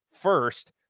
first